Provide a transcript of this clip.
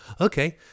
okay